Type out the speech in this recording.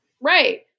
Right